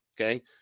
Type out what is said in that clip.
okay